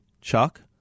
Chuck